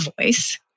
voice